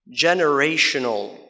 generational